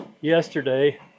yesterday